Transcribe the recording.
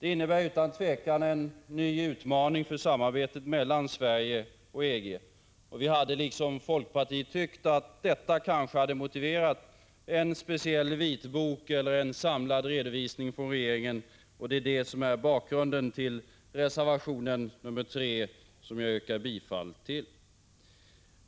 Det innebär utan tvivel en ny utmaning för samarbetet mellan Sverige och EG, och vi tyckte liksom folkpartiet att detta skulle motivera en speciell vitbok eller en samlad redovisning från regeringen, och det är detta som är bakgrunden till reservation 3, som jag yrkar bifall till.